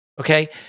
Okay